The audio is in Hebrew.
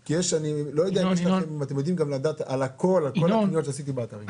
כי אני לא בטוח שאתם יכולים לדעת על כל הקניות שעשיתי באתרי אינטרנט.